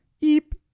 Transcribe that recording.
Eep